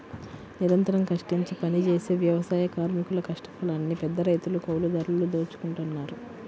నిరంతరం కష్టించి పనిజేసే వ్యవసాయ కార్మికుల కష్టఫలాన్ని పెద్దరైతులు, కౌలుదారులు దోచుకుంటన్నారు